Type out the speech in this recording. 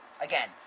Again